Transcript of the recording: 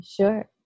sure